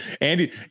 Andy